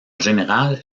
général